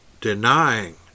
denying